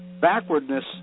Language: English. backwardness